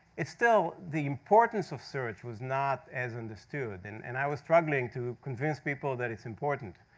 it's still the importance of search was not as understood. and and i was struggling to convince people that it's important.